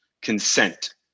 consent